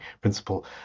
principle